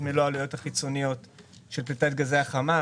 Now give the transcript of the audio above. מלוא העלויות החיצוניות של פליטת גזי החממה.